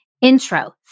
intro